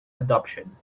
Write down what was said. adoption